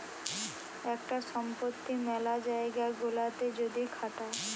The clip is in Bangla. একটা সম্পত্তি মেলা জায়গা গুলাতে যদি খাটায়